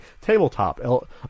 tabletop